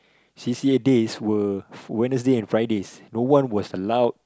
c_c_a days were Wednesday and Fridays no one was allowed